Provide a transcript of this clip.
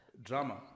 Drama